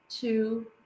two